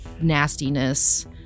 nastiness